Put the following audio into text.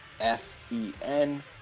F-E-N